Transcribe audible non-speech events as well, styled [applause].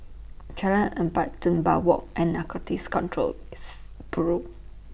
Jalan Empat Dunbar Walk and Narcotics Control [noise] Bureau